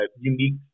unique